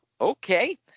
okay